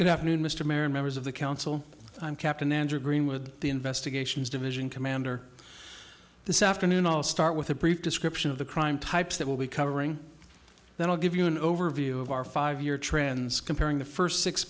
good afternoon mr marin members of the council i'm captain andrew green with the investigations division commander this afternoon i'll start with a brief description of the crime types that will be covering then i'll give you an overview of our five year trends comparing the first six